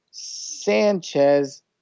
Sanchez